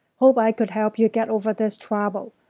hope i could help you get over this trouble.